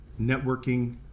networking